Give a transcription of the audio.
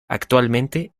actualmente